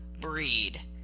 breed